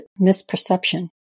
misperception